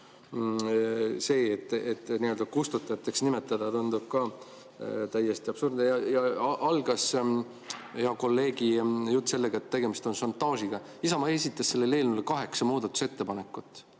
See nii-öelda kustutajateks nimetamine tundub täiesti absurdne. Algas hea kolleegi jutt sellega, et tegemist on šantaažiga. Isamaa esitas selle eelnõu kohta kaheksa muudatusettepanekut.